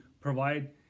provide